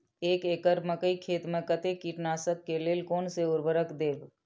एक एकड़ मकई खेत में कते कीटनाशक के लेल कोन से उर्वरक देव?